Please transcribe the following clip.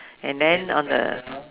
and then on the